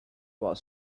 was